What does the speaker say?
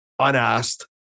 Unasked